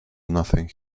nothing